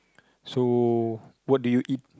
so what do you eat